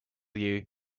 you